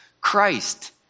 Christ